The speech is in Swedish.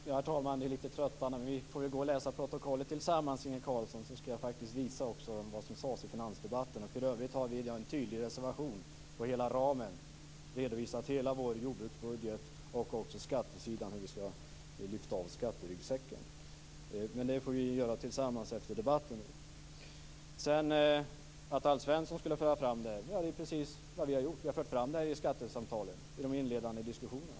Herr talman! Det här är litet tröttande. Vi får gå och läsa protokollet tillsammans, Inge Carlsson, så skall jag också visa vad som sades i finansdebatten. För övrigt har vi i en tydlig reservation som gäller hela ramen redovisat hela vår jordbruksbudget, också hur vi skall lyfta av skatteryggsäcken. Det får vi göra tillsammans efter debatten. Inge Carlsson utgår från att Alf Svensson för fram våra synpunkter. Det är precis vad vi har gjort. Vi har fört fram detta i skattesamtalen, i de inledande diskussionerna.